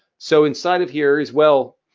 so, inside of here as well,